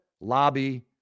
lobby